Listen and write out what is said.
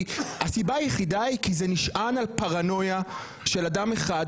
הסיבה היחידה היא כי זה נשען על פרנויה של אדם אחד,